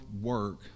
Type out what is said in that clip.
work